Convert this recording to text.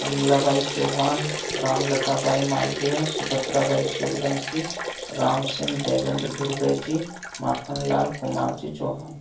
Kamlabai Chauhan Ram Latabai Malviya Subhadrabai Suryavanshi Ram Singh Devendra Dhurve ji Makhanlal Kumar ji Chauhan